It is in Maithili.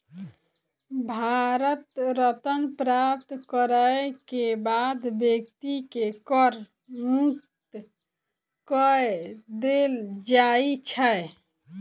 भारत रत्न प्राप्त करय के बाद व्यक्ति के कर मुक्त कय देल जाइ छै